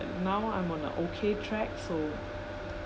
now I'm on a okay track so